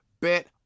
bet